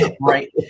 right